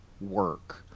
work